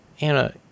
Anna